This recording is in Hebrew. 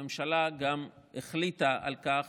הממשלה גם החליטה על כך